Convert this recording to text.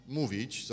mówić